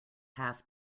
half